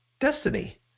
destiny